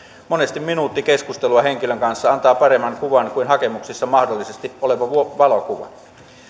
monesti minuutti keskustelua henkilön kanssa antaa paremman kuvan kuin hakemuksessa mahdollisesti oleva valokuva